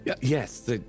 Yes